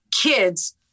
kids